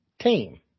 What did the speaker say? team